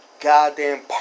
goddamn